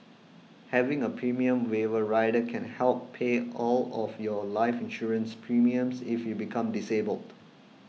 having a premium waiver rider can help pay all of your life insurance premiums if you become disabled